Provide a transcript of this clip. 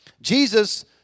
Jesus